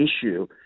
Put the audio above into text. issue